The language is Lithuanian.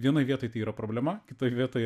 vienoj vietoj tai yra problema kitoj vietoj